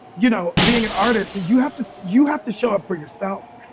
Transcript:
you know, being an artist, and you have to you have to show up for yourself.